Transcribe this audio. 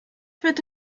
bitte